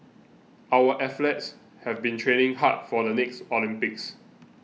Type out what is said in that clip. our athletes have been training hard for the next Olympics